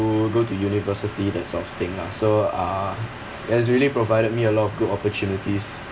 go to university that sort of thing lah so uh it has really provided me a lot of good opportunities